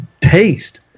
taste